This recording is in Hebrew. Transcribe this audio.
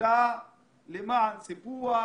למען סיפוח,